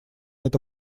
эта